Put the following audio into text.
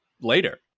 later